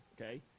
okay